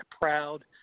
proud